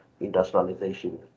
industrialization